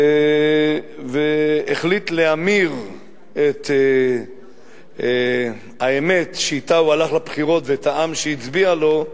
והוא החליט להמיר את האמת שאתה הוא הלך לבחירות ואת העם שהצביע לו,